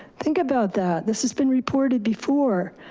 think about that. this has been reported before.